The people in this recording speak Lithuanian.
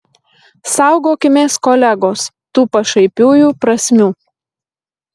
saugokimės kolegos tų pašaipiųjų prasmių